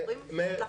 הם אמורים לחתום.